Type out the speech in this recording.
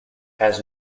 has